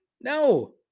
No